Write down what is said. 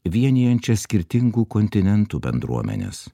vienijančia skirtingų kontinentų bendruomenes